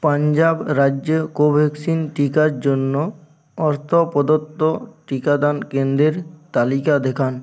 পাঞ্জাব রাজ্যে কোভ্যাক্সিন টিকার জন্য অর্থ প্রদত্ত টিকাদান কেন্দ্রের তালিকা দেখান